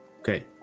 Okay